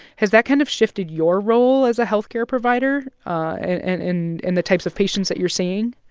has that kind of shifted your role as a health care provider and and and the types of patients that you're seeing?